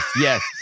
Yes